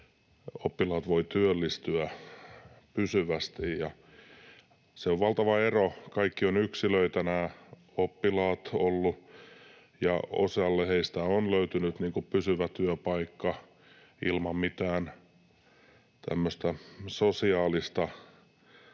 oppilaat voivat työllistyä pysyvästi. Siinä on valtava ero. Kaikki nämä oppilaat ovat olleet yksilöitä, ja osalle heistä on löytynyt pysyvä työpaikka ilman mitään sosiaalista tukea